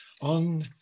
on